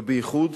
ובייחוד